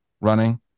running